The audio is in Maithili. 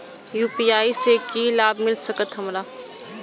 यू.पी.आई से की लाभ मिल सकत हमरा?